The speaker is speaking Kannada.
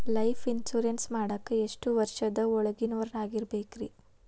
ಲೈಫ್ ಇನ್ಶೂರೆನ್ಸ್ ಮಾಡಾಕ ಎಷ್ಟು ವರ್ಷದ ಒಳಗಿನವರಾಗಿರಬೇಕ್ರಿ?